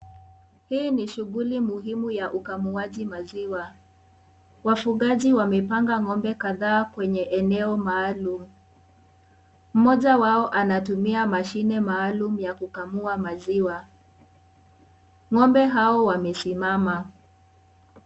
Hii ni shughuli muhimu ya ukamuaji maziwa wafugali wamepanga ng'ombe kadhaa eneo maalum moja wao anatumia masihine maalum ya kukamua maziwa. Ng'ombe hao wamesimama.